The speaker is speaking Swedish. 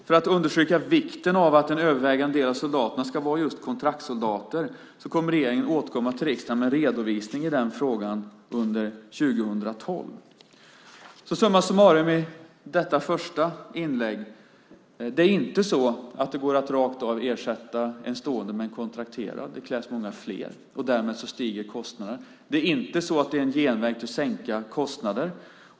För att undersöka vikten av att en övervägande del av soldaterna ska vara just kontraktssoldater kommer regeringen att återkomma till riksdagen med en redovisning i den frågan under 2012. Summa summarum i detta första inlägg: Det är inte så att det går att rakt av ersätta en stående soldat med en kontrakterad soldat. Det krävs många fler. Därmed stiger kostnaden. Det är inte så att det är en genväg till att sänka kostnader.